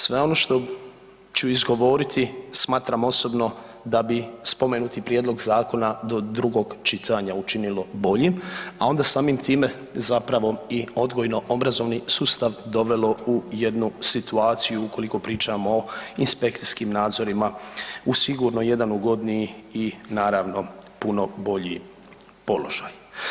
Sve ono što ću izgovoriti smatram osobno da bi spomenuti prijedlog zakona do drugog čitanja učinilo boljim, a onda samim time zapravo i odgojno-obrazovni sustav dovelo u jednu situaciju ukoliko pričamo o inspekcijskim nadzorima u sigurno jedan ugodniji i naravno puno bolji položaj.